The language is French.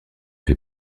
fait